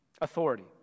Authority